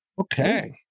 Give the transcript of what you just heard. Okay